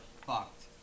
fucked